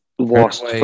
Lost